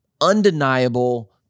undeniable